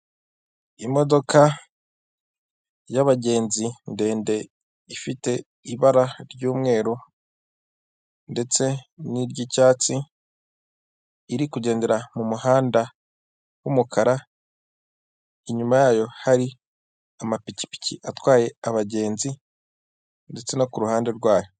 Imodoka y'abagenzi, ndende, ifite ibara ry'umweru ndetse n'iry'icyatsi, iri kugendera mu muhanda w'umukara, inyuma yayo hari amapikipiki atwaye abagenzi, ndetse no ku ruhande rwayo.